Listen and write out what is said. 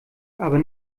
aber